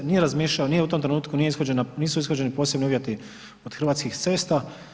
Nije razmišljao, nije u tom trenutku ishođena, nisu ishođeni posebni uvjeti od Hrvatskih cesta.